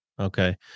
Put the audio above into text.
Okay